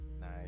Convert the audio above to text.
Nice